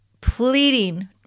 pleading